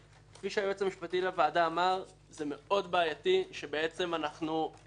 כפי שהיועץ המשפטי לוועדה אמר - זה מאוד בעייתי שאנחנו לא